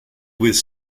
with